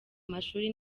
amashuri